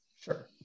sure